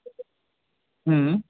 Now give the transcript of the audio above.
हमम